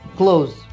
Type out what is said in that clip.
Close